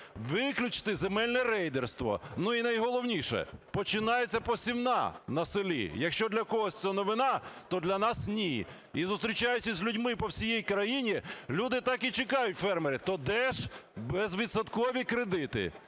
виключити земельне рейдерство. Ну, і найголовніше – починається посівна на селі. Якщо для когось це новина, то для нас – ні. І зустрічаючись з людьми по всій країні, люди так і чекають, фермери, то де ж безвідсоткові кредити,